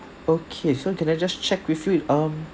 okay so can I just check with you if um